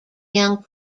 young